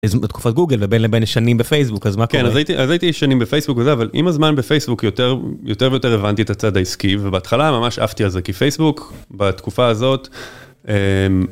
תקופת גוגל ובין לבין שנים בפייסבוק אז מה קורה. אז הייתי שנים בפייסבוק אבל עם הזמן בפייסבוק יותר ויותר הבנתי את הצד העסקי ובהתחלה ממש אהבתי על זה כי פייסבוק בתקופה הזאת.